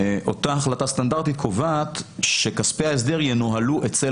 אותה החלטה סטנדרטית קובעת שכספי ההסדר ינוהלו אצל